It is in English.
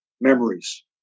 memories